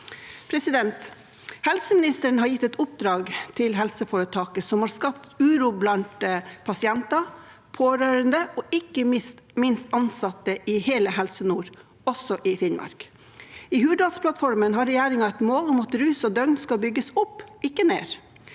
i nord. Helseministeren har gitt et oppdrag til helseforetaket som har skapt uro blant pasienter, pårørende og ikke minst ansatte i hele Helse nord, også i Finnmark. I Hurdalsplattformen har regjeringen et mål om at rus- og døgnbehandling skal bygges opp, ikke ned.